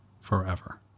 forever